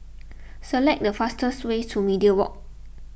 select the fastest way to Media Walk